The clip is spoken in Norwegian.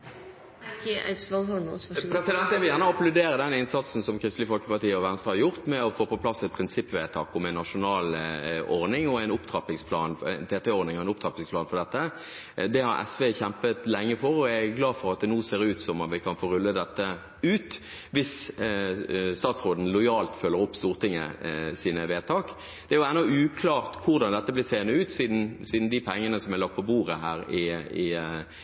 Jeg vil gjerne applaudere innsatsen som Kristelig Folkeparti og Venstre har gjort for å få på plass et prinsippvedtak om en nasjonal TT-ordning og en opptrappingsplan for dette. Det har SV kjempet for lenge, og jeg er glad for at det nå ser ut til at en kan få rullet ut dette – hvis statsråden lojalt følger opp Stortingets vedtak. Det er ennå uklart hvordan dette vil bli seende ut, siden det ikke er klart hvordan pengene som er lagt på bordet i